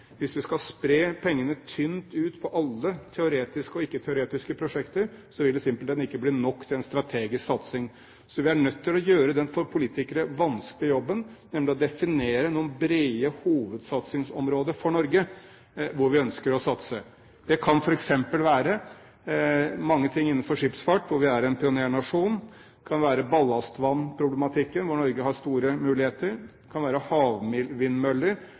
Hvis vi skal spre pengene tynt ut på alle teoretiske og ikke-teoretiske prosjekter, vil det simpelthen ikke bli nok til en strategisk satsing. Så vi er nødt til å gjøre den for politikere vanskelige jobben, nemlig å definere noen brede hovedområder for Norge hvor vi ønsker å satse. Det kan f.eks. være mange ting innenfor skipsfart, hvor vi er en pionernasjon, det kan være ballastvannproblematikken, hvor Norge har store muligheter, og det kan være